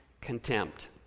contempt